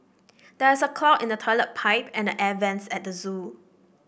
there is a clog in the toilet pipe and the air vents at the zoo